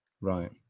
right